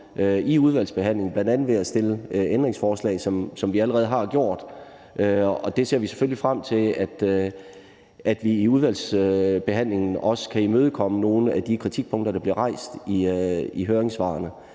i udvalgsbehandlingen bl.a. ved at stille ændringsforslag, som vi allerede har gjort. Og der ser vi selvfølgelig frem til, at vi i udvalgsbehandlingen kan imødekomme nogle af de kritikpunkter, som bliver rejst i høringssvarene.